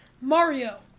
Mario